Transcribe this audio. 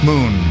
Moon